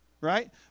Right